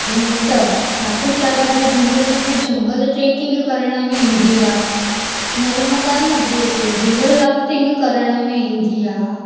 जीअं त सापूतारा जे झंगल में झंगल ट्रैकिंग करण में ईंदी आहे नर्मदा नदीअ में रिवर राफ्टिंग करण में ईंदी आहे